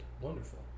wonderful